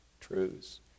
truths